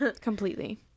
completely